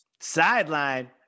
Sideline